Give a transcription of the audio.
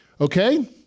Okay